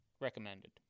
recommended